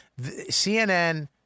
CNN